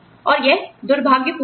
और यह दुर्भाग्यपूर्ण है